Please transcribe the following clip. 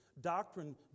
Doctrine